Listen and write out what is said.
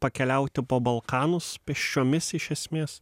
pakeliauti po balkanus pėsčiomis iš esmės